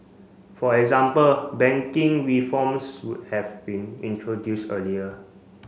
for example banking reforms would have been introduced earlier